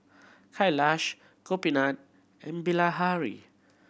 Kailash Gopinath and Bilahari